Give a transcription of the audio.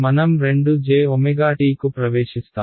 మనం 2jt కు ప్రవేశిస్తాం